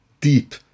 deep